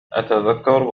أتذكر